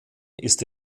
ist